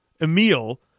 Emil